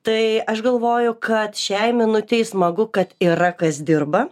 tai aš galvoju kad šiai minutei smagu kad yra kas dirba